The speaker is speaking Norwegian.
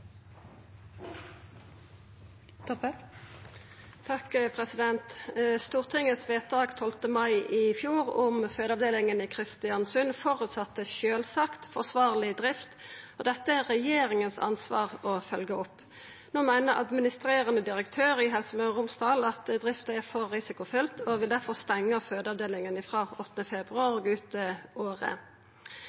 Stortingets vedtak 12. mai i fjor om fødeavdelinga i Kristiansund hadde sjølvsagt forsvarleg drift som føresetnad, og dette er det regjeringa sitt ansvar å følgja opp. No meiner administrerande direktør i Helse Møre og Romsdal at drifta er for risikofylt, og vil derfor stengja fødeavdelinga frå 8. februar og ut året. Stenginga vil føra til